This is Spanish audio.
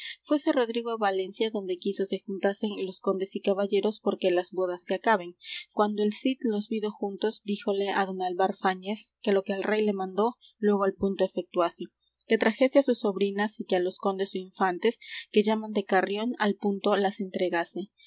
fuése rodrigo á valencia donde quiso se juntasen los condes y caballeros porque las bodas se acaben cuando el cid los vido juntos díjole á don álvar fáñez que lo que el rey le mandó luégo al punto efectuase que trajese á sus sobrinas y que á los condes ó infantes que llaman de carrión al punto las entregase